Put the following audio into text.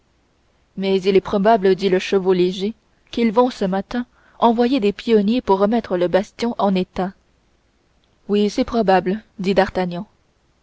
mais il est probable dit le chevau léger qu'ils vont ce matin envoyer des pionniers pour remettre le bastion en état oui c'est probable dit